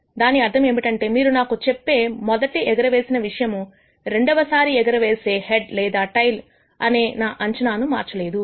దాని అర్థం ఏమిటంటే మీరు నాకు చెప్పే మొదటి ఎగరేసిన విషయము రెండోసారి ఎగరవేసే ది హెడ్ లేదా టెయిల్ అనే నా అంచనాను మార్చలేదు